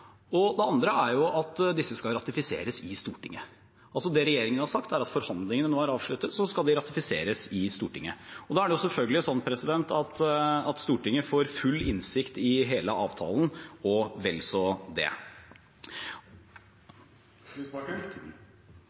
Det andre er at disse skal ratifiseres i Stortinget. Det regjeringen har sagt, er at forhandlingene nå er avsluttet. Så skal de ratifiseres i Stortinget. Da er det selvfølgelig slik at Stortinget får full innsikt i hele avtalen – og vel så det.